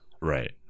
Right